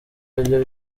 ariryo